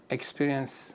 Experience